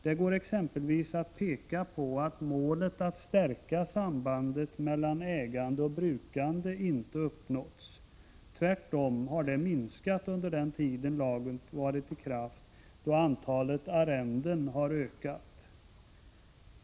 Det går exempelvis att peka på att målet att stärka sambandet mellan ägande och brukande inte har uppnåtts. Tvärtom har det minskat under den tid lagen varit i kraft, då antalet arrenden ökat.